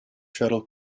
shuttle